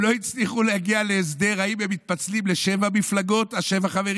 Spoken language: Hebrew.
הם לא הצליחו להגיע להסדר אם שבעת החברים